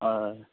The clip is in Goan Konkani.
हय